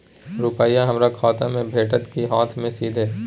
रुपिया हमर खाता में भेटतै कि हाँथ मे सीधे?